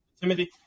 Timothy